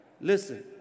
Listen